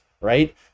right